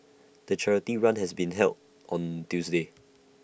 the charity run has been held on Tuesday